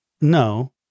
No